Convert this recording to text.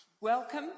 welcome